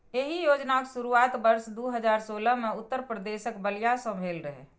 एहि योजनाक शुरुआत वर्ष दू हजार सोलह मे उत्तर प्रदेशक बलिया सं भेल रहै